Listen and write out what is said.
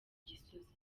gisozi